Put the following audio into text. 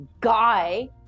guy